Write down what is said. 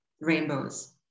rainbows